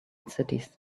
cities